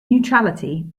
neutrality